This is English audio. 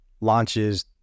launches